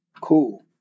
Cool